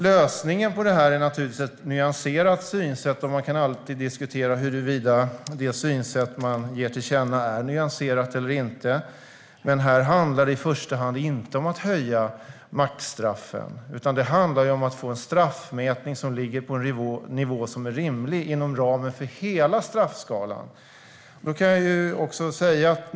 Lösningen på detta är naturligtvis ett nyanserat synsätt, och man kan alltid diskutera huruvida det synsätt man ger till känna är nyanserat eller inte. Här handlar det i första hand inte om att höja maxstraffen, utan det handlar om att få en straffmätning som ligger på en nivå som är rimlig inom ramen för hela straffskalan.